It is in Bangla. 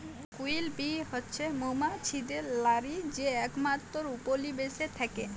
কুইল বী হছে মোমাছিদের রালী যে একমাত্তর উপলিবেশে থ্যাকে